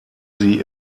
sie